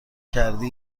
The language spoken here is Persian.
کرده